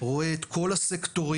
רואה את כל הסקטורים,